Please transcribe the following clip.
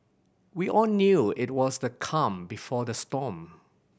we all knew it was the calm before the storm